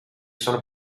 sono